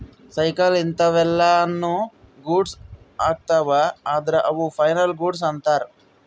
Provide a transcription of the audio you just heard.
cycle ಇಂತವೆಲ್ಲ ನು goods ಅಗ್ತವ ಅದ್ರ ಅವು ಫೈನಲ್ ಗೂಡ್ಸ್ ಅಂತರ್